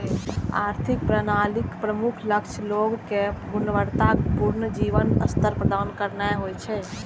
आर्थिक प्रणालीक प्रमुख लक्ष्य लोग कें गुणवत्ता पूर्ण जीवन स्तर प्रदान करनाय होइ छै